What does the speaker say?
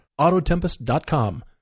Autotempest.com